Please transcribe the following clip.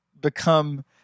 become